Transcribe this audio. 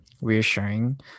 reassuring